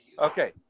Okay